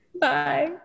Bye